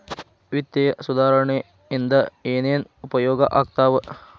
ವಿತ್ತೇಯ ಸುಧಾರಣೆ ಇಂದ ಏನೇನ್ ಉಪಯೋಗ ಆಗ್ತಾವ